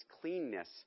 cleanness